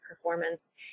performance